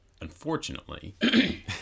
Unfortunately